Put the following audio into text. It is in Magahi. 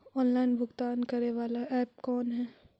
ऑनलाइन भुगतान करे बाला ऐप कौन है?